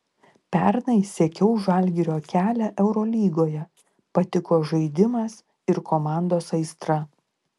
pernai sekiau žalgirio kelią eurolygoje patiko žaidimas ir komandos aistra